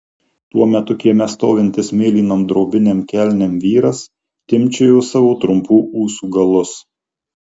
tuo metu kieme stovintis mėlynom drobinėm kelnėm vyras timpčiojo savo trumpų ūsų galus